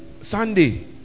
Sunday